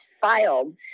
filed